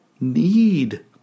need